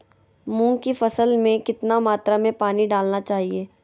मूंग की फसल में कितना मात्रा में पानी डालना चाहिए?